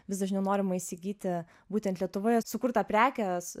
vis dažniau norima įsigyti būtent lietuvoje sukurtą prekės